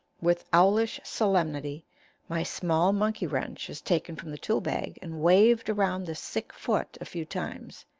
with owlish solemnity my small monkey-wrench is taken from the tool-bag and waved around the sick foot a few times,